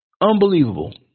Unbelievable